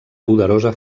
poderosa